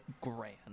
grand